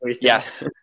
yes